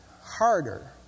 harder